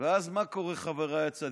ואז מה קורה, חבריי הצדיקים?